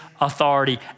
authority